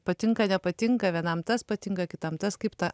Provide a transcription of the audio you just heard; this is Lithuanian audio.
patinka nepatinka vienam tas patinka kitam tas kaip tą